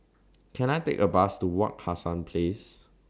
Can I Take A Bus to Wak Hassan Place